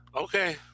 Okay